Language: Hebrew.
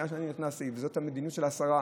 מאז שאני נכנסתי, וזאת המדיניות של השרה,